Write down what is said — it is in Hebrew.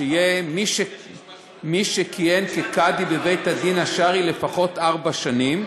שיהיה מי שכיהן כקאדי בבית-הדין השרעי לפחות ארבע שנים,